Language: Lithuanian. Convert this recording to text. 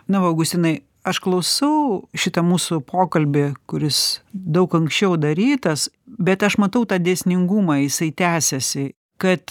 na augustinai aš klausau šitą mūsų pokalbį kuris daug anksčiau darytas bet aš matau tą dėsningumą jisai tęsiasi kad